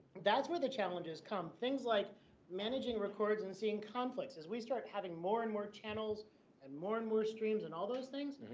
that's where the challenges come. things like managing records and seeing conflicts. as we start having more and more channels and more and more streams and all those things,